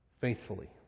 faithfully